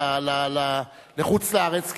לחוץ-לארץ,